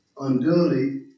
unduly